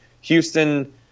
Houston